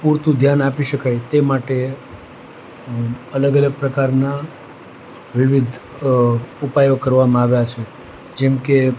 પૂરતું ધ્યાન આપી શકાય તે માટે અલગ અલગ પ્રકારના વિવિધ ઉપાયો કરવામાં આવ્યા છે જેમ કે